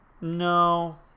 no